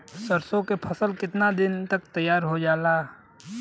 सरसो के फसल कितना दिन के बाद काट लेवे के चाही?